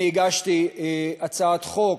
אני הגשתי הצעת חוק,